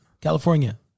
California